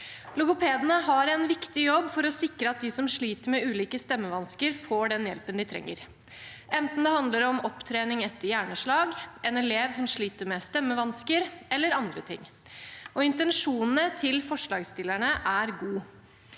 Logopedene har en viktig jobb med å sikre at de som sliter med ulike stemmevansker, får den hjelpen de trenger, enten det handler om opptrening etter hjerneslag, en elev som sliter med stemmevansker, eller andre ting. Intensjonene til forslagsstillerne er gode.